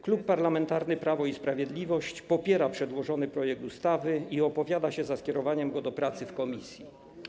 Klub Parlamentarny Prawo i Sprawiedliwość popiera przedłożony projekt ustawy i opowiada się za skierowaniem go do pracy w komisji.